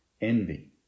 envy